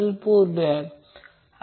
तर या प्रकरणात Van अँगल 0° आहे